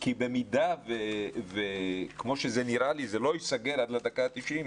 במידה שכמו שזה נראה לי זה לא ייסגר עד הדקה ה-90,